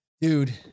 dude